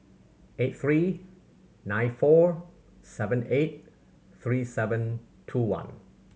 eight three nine four seven eight three seven two one